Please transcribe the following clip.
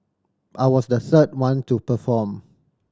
I was the third one to perform